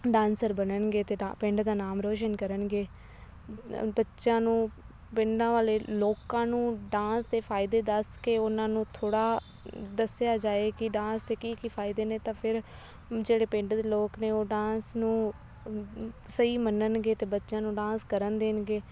dancer ਬਣਨਗੇ ਅਤੇ ਡਾ ਪਿੰਡ ਦਾ ਨਾਮ ਰੋਸ਼ਨ ਕਰਨਗੇ ਅ ਬੱਚਿਆਂ ਨੂੰ ਪਿੰਡਾਂ ਵਾਲੇ ਲੋਕਾਂ ਨੂੰ ਡਾਂਸ ਦੇ ਫਾਇਦੇ ਦੱਸ ਕੇ ਉਨ੍ਹਾਂ ਨੂੰ ਥੋੜ੍ਹਾ ਦੱਸਿਆ ਜਾਵੇ ਕਿ ਡਾਂਸ ਦੇ ਕੀ ਕੀ ਫਾਇਦੇ ਨੇ ਤਾਂ ਫਿਰ ਜਿਹੜੇ ਪਿੰਡ ਦੇ ਲੋਕ ਨੇ ਉਹ ਡਾਂਸ ਨੂੰ ਸਹੀ ਮੰਨਣਗੇ ਅਤੇ ਬੱਚਿਆਂ ਨੂੰ ਡਾਂਸ ਕਰਨ ਦੇਣਗੇ